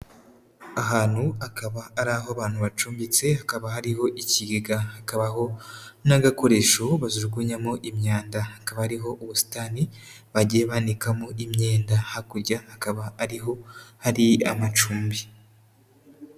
Ahantu, akaba ari aho abantu bacumbitse, hakaba hariho ikigega hakabaho n'agakoresho bajugunyamo imyanda, hakaba ariho ubusitani bagiye banikamo imyenda, hakurya hakaba ariho hari amacumbi.